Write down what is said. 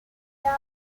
java